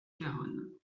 carón